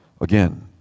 again